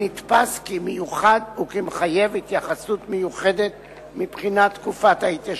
נתפס כמיוחד וכמחייב התייחסות מיוחדת מבחינת תקופת ההתיישנות.